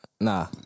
Nah